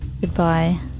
Goodbye